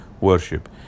worship